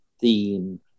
theme